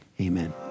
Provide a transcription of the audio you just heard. Amen